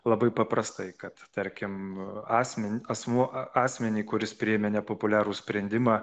labai paprastai kad tarkim asmen asmuo a asmenį kuris priėmė nepopuliarų sprendimą